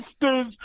sisters